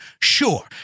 Sure